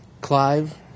Clive